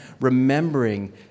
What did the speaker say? remembering